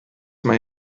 mae